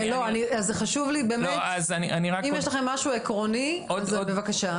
זה חשוב לי באמת שאם יש לכם משהו עקרוני אז בבקשה ואם לא אז בואו נתקדם.